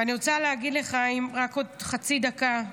אני רוצה להגיד לך, רק עוד חצי דקה,